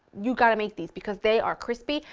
you've gotta make these because they are crispy.